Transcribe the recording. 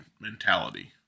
mentality